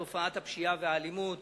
תופעת הפשיעה והאלימות